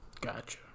Gotcha